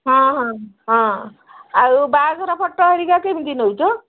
ହଁ ହଁ ହଁ ଆଉ ବାହାଘର ଫଟୋ ହେରିକା କେମିତି ନେଉଛ